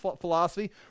philosophy